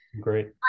Great